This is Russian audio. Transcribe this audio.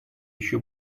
еще